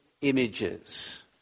images